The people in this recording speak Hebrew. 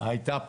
הייתה פה.